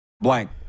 Blank